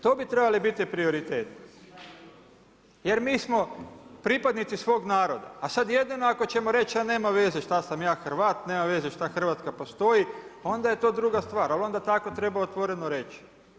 To bi trebali biti prioriteti jer mi smo pripadnici svog naroda, sada jedino ako ćemo reći, a nema veze šta sam ja Hrvat, nema veze šta Hrvatska postoji onda je to druga stvar, ali onda tako treba otvoreno reći.